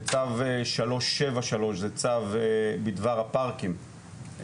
וצו 373 זה צו בדבר הפארקים,